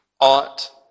ought